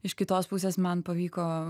iš kitos pusės man pavyko